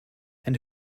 and